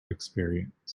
experience